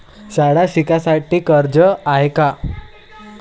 शाळा शिकासाठी कर्ज हाय का?